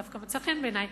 דווקא מצא חן בעיני,